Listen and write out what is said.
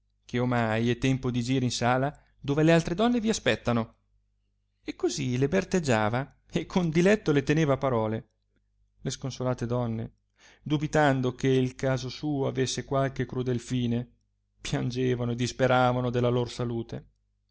che ornai è tempo di gire in sala dove le altre donne vi aspettano e così le berteggiava e con diletto le teneva a parole le sconsolate donne dubitando che caso suo avesse qualche crudel fine piangevano e disperavano della lor salute